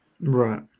Right